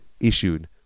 issued